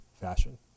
fashion